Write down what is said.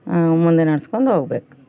ಮುಂದೆ ನಡ್ಸ್ಕೊಂಡು ಹೋಗ್ಬೇಕು